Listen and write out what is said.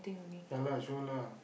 ya lah sure lah